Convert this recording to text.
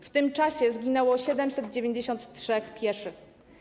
W tym czasie zginęło 793 pieszych.